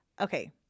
Okay